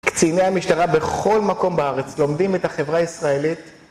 קציני המשטרה בכל מקום בארץ לומדים את החברה הישראלית